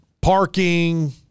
parking